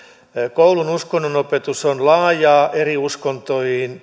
koulun uskonnonopetus on laajaa peruspaneutumista eri uskontoihin